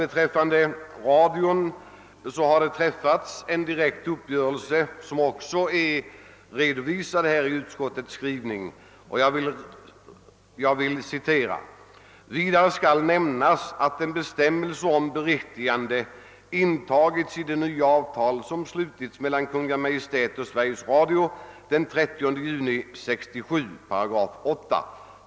Beträffande radion kan sägas att en direkt uppgörelse träffats, vilken också är redovisad i utskottets skrivning. »Vidare skall nämnas att en bestämmelse om beriktigande intagits i det nva avtal som slutits mellan Kungl. Maj:t och Sveriges Radio den 30 juni 1967 .